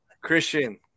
Christian